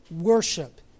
worship